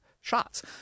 shots